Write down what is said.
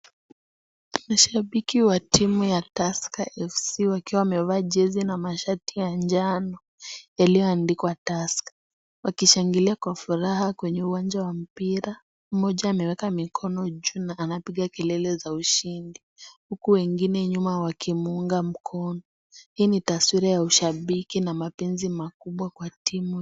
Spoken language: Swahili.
Mashabiki wa timu ya Tusker FC wakiwa wamevaa jezi na mashati ya njano yaliyoandikwa Tusker wakishangilia kwa furaha kwenye uwanja wa mpira, mmoja ameweka mikono huko juu na anapiga kelele za ushindi huku wengine nyuma wakimuunga mkono hii ni taswira ya ushabiki na mapenzi makubwa kwa timu.